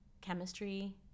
chemistry